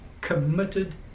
committed